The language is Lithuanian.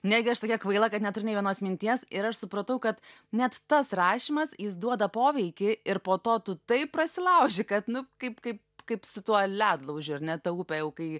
negi aš tokia kvaila kad neturiu nei vienos minties ir aš supratau kad net tas rašymas jis duoda poveikį ir po to tu taip prasilauži kad nu kaip kaip kaip su tuo ledlaužiu ar ne ta upė jau kai